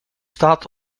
staat